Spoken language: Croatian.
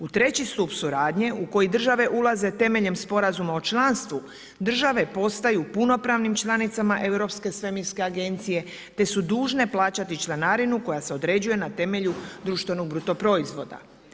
U treći stup suradnje u koji države ulaze temeljem Sporazuma o članstvu države postaju punopravnim članicama Europske svemirske agencije te su dužne plaćati članarinu koja se određuje na temelju društvenog bruto proizvoda.